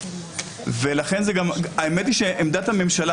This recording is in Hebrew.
אבל אנחנו חושבים שהעבירה הספציפית הזאת לא מתאימה,